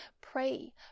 Pray